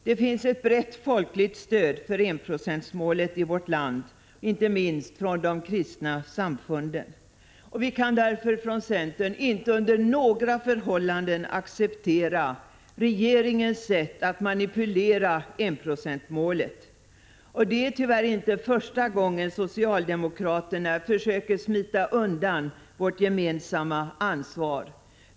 Det finns ett brett folkligt stöd för enprocentsmålet i vårt land, inte minst från de kristna samfunden. Vi kan därför från centern inte under några förhållanden acceptera regeringens sätt att manipulera enprocentsmålet. Det är tyvärr inte första gången socialdemokraterna försöker smita undan vårt gemensamma ansvar.